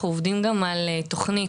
אנחנו עובדים גם על תכנית,